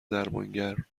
درمانگر